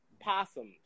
Possums